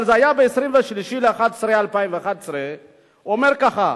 אבל זה היה ב-23 בינואר 2011. הוא אומר ככה: